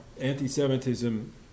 anti-Semitism